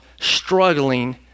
struggling